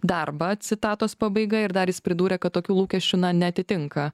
darbą citatos pabaiga ir dar jis pridūrė kad tokių lūkesčių na neatitinka